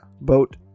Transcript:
boat